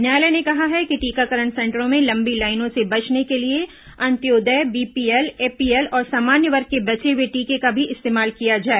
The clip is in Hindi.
न्यायालय ने कहा है कि टीकाकरण सेंटरों में लंबी लाइनों से बचने के लिए अंत्योदय बीपीएल एपीएल और सामान्य वर्ग के बचे हुए टीके का भी इस्तेमाल किया जाए